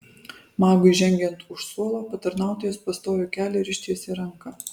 magui žengiant už suolo patarnautojas pastojo kelią ir ištiesė ranką